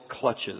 clutches